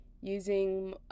using